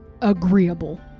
agreeable